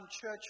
church